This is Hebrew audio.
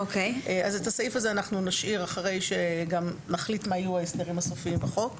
אז את הסעיף הזה נשאיר אחרי שנחליט מה יהיו ההסדרים הסופיים בחוק.